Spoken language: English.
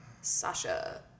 Sasha